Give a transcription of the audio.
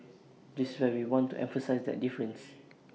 this is where we want to emphasise that difference